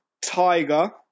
Tiger